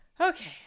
Okay